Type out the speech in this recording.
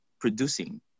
producing